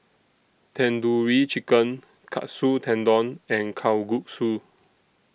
Tandoori Chicken Katsu Tendon and Kalguksu